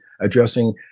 addressing